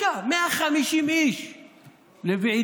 בלי בושה, 150 איש לוועידה,